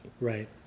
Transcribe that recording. Right